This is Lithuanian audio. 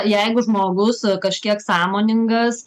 jeigu žmogus kažkiek sąmoningas